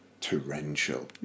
Torrential